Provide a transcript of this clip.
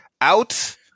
out